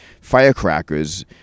firecrackers